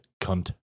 Cunt